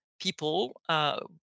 people